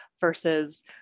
versus